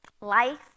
life